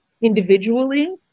individually